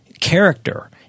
character